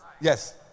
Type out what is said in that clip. Yes